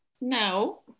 No